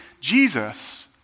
Jesus